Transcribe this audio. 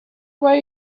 were